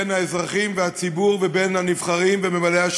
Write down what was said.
בין האזרחים והציבור לבין הנבחרים וממלאי